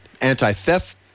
anti-theft